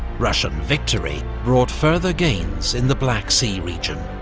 russian victory brought further gains in the black sea region.